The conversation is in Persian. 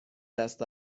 دست